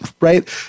Right